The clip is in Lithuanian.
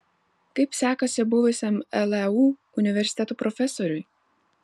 kaip sekasi buvusiam leu universiteto profesoriui